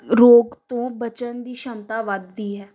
ਰੋਗ ਤੋਂ ਬਚਣ ਦੀ ਛਮਤਾ ਵੱਧਦੀ ਹੈ